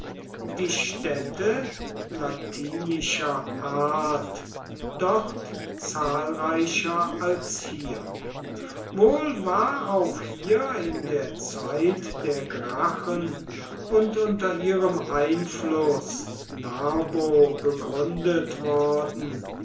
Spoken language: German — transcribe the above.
die städte latinischer art dort zahlreicher als hier wohl war auch hier in der zeit der gracchen und unter ihrem einfluß narbo gegründet worden